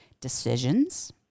decisions